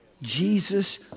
Jesus